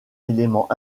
élément